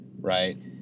right